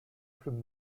from